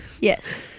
yes